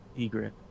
Egret